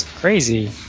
crazy